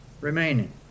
remaining